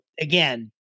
again